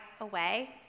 away